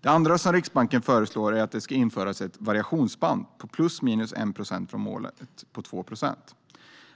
Det andra som Riksbanken föreslår är att det ska införas ett variationsband på ±1 procent från målet på 2 procent.